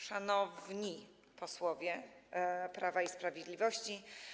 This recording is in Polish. Szanowni Posłowie Prawa i Sprawiedliwości!